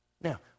Now